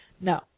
No